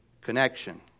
connection